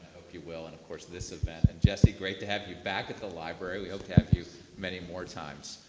you will. and of course this event. and jesse, great to have you back at the library. we hope to have you many more times.